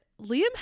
Liam